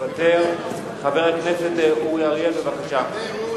חבר הכנסת אורי אריאל, בבקשה.